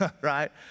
right